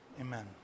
Amen